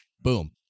Boom